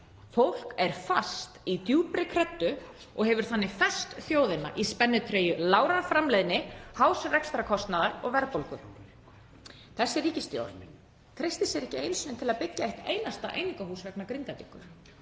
Fólk er fast í djúpri kreddu og hefur þannig fest þjóðina í spennitreyju lágrar framleiðni, hás rekstrarkostnaðar og verðbólgu. Þessi ríkisstjórn treystir sér ekki einu sinni til að byggja eitt einasta einingahús vegna Grindavíkur.